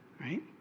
right